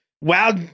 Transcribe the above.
wow